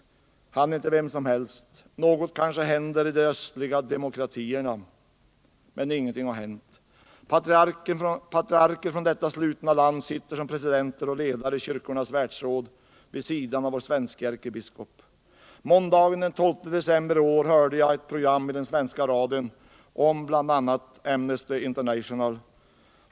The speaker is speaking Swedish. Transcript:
Han är inte vem som helst. Något kanske händer i de östliga ”demokratierna”, tänkte vi. Men ingenting har hänt. Patriarker från detta slutna land sitter som presidenter och ledare i Kyrkornas världsråd vid sidan av vår svenske ärkebiskop. Måndagen den 12 december i år hörde jag ett program i den svenska radion om bl.a. Amnesty International.